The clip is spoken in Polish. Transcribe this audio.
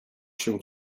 się